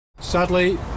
Sadly